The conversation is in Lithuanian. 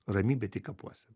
ramybė tik kapuose